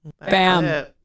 Bam